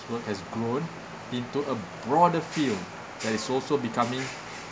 work has grown into a broader field that is also becoming